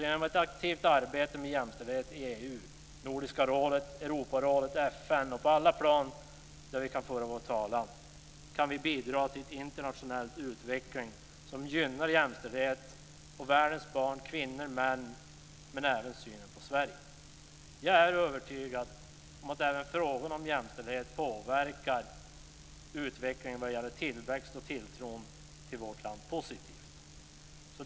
Genom ett aktivt arbete med jämställdhet i EU, Nordiska rådet, Europarådet och FN - ja, på alla plan där vi kan föra vår talan - kan vi alltså bidra till en internationell utveckling som gynnar jämställdhet samt världens barn, kvinnor och män liksom synen på Sverige. Jag är övertygad om att även frågan om jämställdhet påverkar utvecklingen positivt vad gäller tillväxten och tilltron till vårt land.